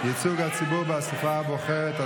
ייצוג הציבור באספה הבוחרת),